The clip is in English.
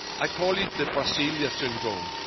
i call it the brazilia syndrome.